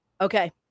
okay